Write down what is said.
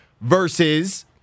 versus